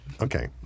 Okay